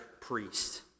priest